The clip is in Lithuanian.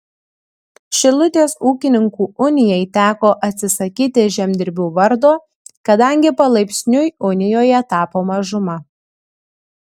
šilutės ūkininkų unijai teko atsisakyti žemdirbių vardo kadangi palaipsniui unijoje tapo mažuma